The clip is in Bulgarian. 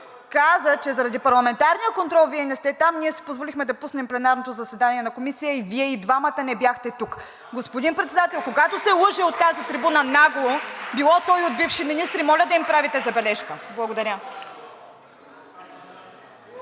каза, че заради парламентарния контрол Вие не сте там. Ние си позволихме да пуснем пленарното заседание в Комисията и Вие и двамата не бяхте тук. Господин Председател, когато се лъже от тази трибуна нагло, било то и от бивши министри, моля да им правите забележка. Благодаря